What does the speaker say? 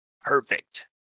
Perfect